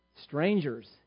Strangers